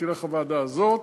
תלך לוועדה הזאת,